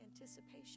anticipation